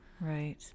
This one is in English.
Right